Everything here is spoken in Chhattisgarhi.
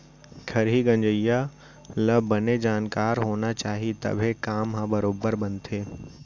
खरही गंजइया ल बने जानकार होना चाही तभे काम ह बरोबर बनथे